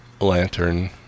lantern